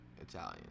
italian